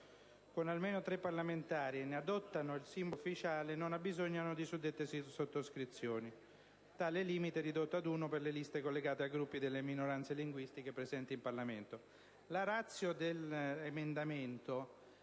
con almeno tre parlamentari e ne adottano il simbolo ufficiale non abbisognano di suddette sottoscrizioni. Tale limite è ridotto ad uno per le liste collegate a gruppi delle minoranze linguistiche presenti nel Parlamento».